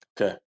Okay